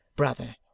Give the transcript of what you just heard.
Brother